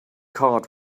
card